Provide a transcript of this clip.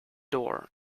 door